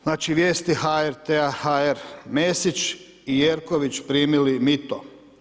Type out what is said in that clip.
Znači vijesti hrt.hr Mesić i Jerković primili mito.